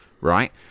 right